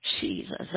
Jesus